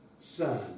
son